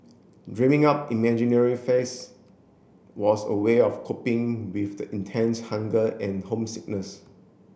dreaming up imaginary face was a way of coping with the intense hunger and homesickness